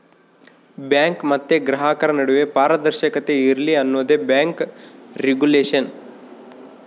bank ಮತ್ತೆ ಗ್ರಾಹಕರ ನಡುವೆ ಪಾರದರ್ಶಕತೆ ಇರ್ಲಿ ಅನ್ನೋದೇ ಬ್ಯಾಂಕ್ ರಿಗುಲೇಷನ್